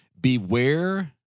Beware